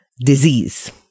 disease